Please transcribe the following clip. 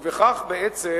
ובכך בעצם